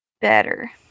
Better